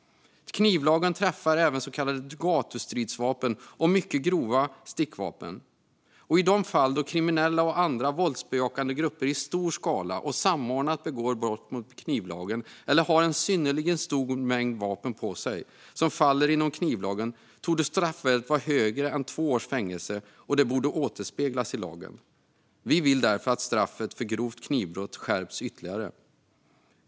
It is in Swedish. Knivlagen träffar även så kallade gatustridsvapen och mycket grova stickvapen. I de fall då kriminella och andra våldsbejakande grupper i stor skala och samordnat begår brott mot knivlagen eller har en synnerligen stor mängd vapen på sig som faller inom knivlagen torde straffvärdet vara högre än två års fängelse, och det borde återspeglas i lagen. Vi vill därför att straffet för grovt knivbrott skärps ytterligare.